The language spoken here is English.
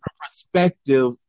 perspective